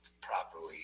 properly